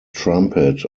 trumpet